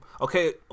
okay